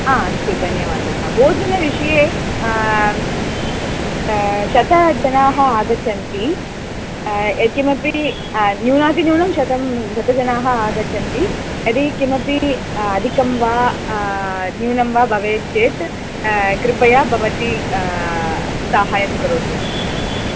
अस्तु धन्यवादः भोजनविषये शतजनाः आगच्छन्ति यत्किमपि न्यूनातिन्यूनं शतं शतजनाः आगच्छन्ति यदि किमपि अधिकं वा न्यूनं वा भवेत् चेत् कृपया भवती सहाय्यं करोतु